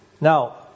Now